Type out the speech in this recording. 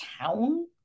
town